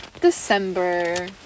December